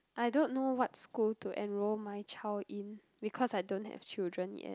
I don't know what school to enroll my child in because I don't have children yet